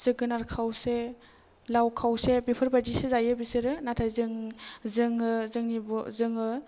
जोगोनाद खावसे लाव खावसे बेफोरबायदिसो जायो बिसोरो नाथाय जों जोङो जोंनि बर' जोङो